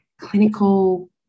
Clinical